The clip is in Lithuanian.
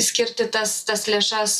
skirti tas tas lėšas